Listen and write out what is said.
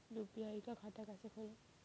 UPI का खाता कैसे खोलें?